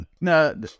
No